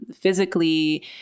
physically